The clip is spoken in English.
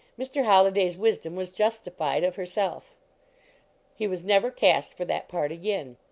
mr. holliday s wisdom was justified of herself he was never cast for that part again.